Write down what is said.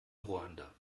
ruanda